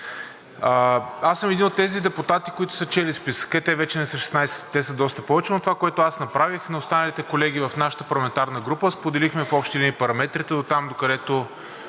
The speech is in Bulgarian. Аз съм един от тези депутати, които са чели списъка, те вече не са 16, те са доста повече, но това, което аз направих с останалите колеги в нашата парламентарна група – споделихме в общи линии параметрите от- там, докъдето